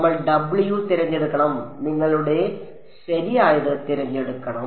നമ്മൾ w തിരഞ്ഞെടുക്കണം നിങ്ങളുടെ ശരിയായത് തിരഞ്ഞെടുക്കണം